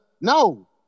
No